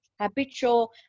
habitual